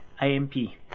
I-M-P